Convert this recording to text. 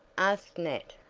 asked nat.